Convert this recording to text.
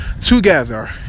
together